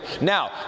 Now